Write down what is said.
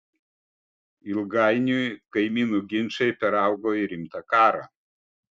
ilgainiui kaimynų ginčai peraugo į rimtą karą